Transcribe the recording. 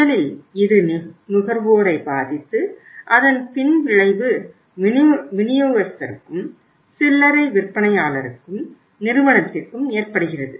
முதலில் இது நுகர்வோரை பாதித்து அதன் பின்விளைவு விநியோகஸ்தருக்கும் சில்லறை விற்பனையாளருக்கும் நிறுவனத்திற்கும் ஏற்படுகிறது